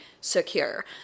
secure